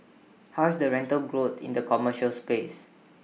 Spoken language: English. how is the rental growth in the commercial space